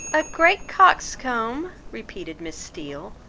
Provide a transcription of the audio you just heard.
a great coxcomb! repeated miss steele,